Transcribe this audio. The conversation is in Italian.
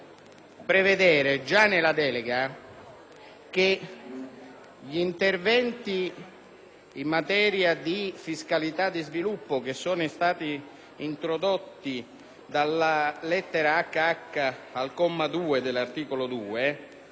prevedere, già nella delega, che gli interventi in materia di fiscalità di sviluppo, che sono stati introdotti dalla lettera *hh)* al comma 2 dell'articolo 2,